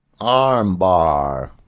Armbar